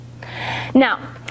Now